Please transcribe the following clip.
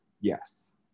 yes